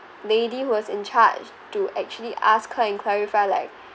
lady who was in charge to actually ask her and clarify like